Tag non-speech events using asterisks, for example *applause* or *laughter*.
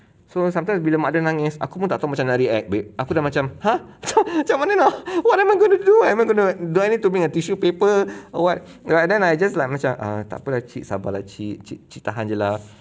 so sometimes bila mak dia nangis aku pun tak tahu macam mana nak react with aku dah macam !huh! *laughs* macam mana nak what am I going to do am I gonna do I need to bring a tissue paper or what and then I just like macam err takpe lah cik sabar lah cik cik tahan jer lah